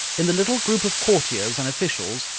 in the little group of courtiers and officials,